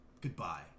Goodbye